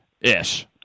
Ish